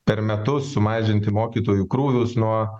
per metus sumažinti mokytojų krūvius nuo